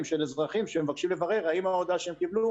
של אזרחים שמבקשים לברר האם ההודעה שהם קיבלו